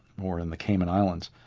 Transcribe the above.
or in the cayman islands.